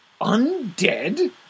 Undead